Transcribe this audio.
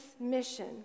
mission